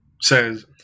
Says